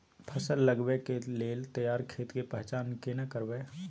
फसल लगबै के लेल तैयार खेत के पहचान केना करबै?